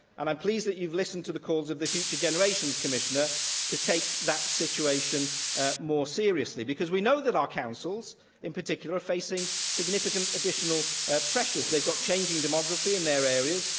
and i'm pleased that you've listened to the calls of the future generations commissioner to take that situation more seriously, because we know that our councils in particular are facing significant additional pressures. they've got changing demography in their areas,